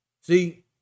See